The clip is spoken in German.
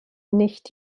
nicht